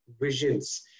visions